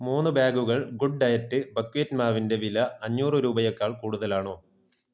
മൂന്നു ബാഗുകൾ good diet buckwheat മാവിന്റെ വില അഞ്ഞൂറ് രൂപയേക്കാൾ കൂടുതലാണോ